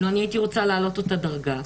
והייתי רוצה להעלות אותה בדרגה.